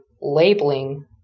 labeling